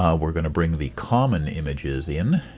um we're going to bring the common images in,